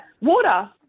Water